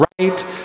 right